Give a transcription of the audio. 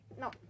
no